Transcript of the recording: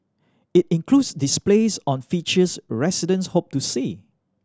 it includes displays on features residents hope to see